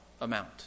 amount